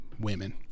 women